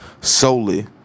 solely